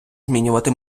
змінювати